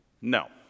No